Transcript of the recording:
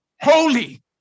holy